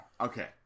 Okay